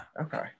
Okay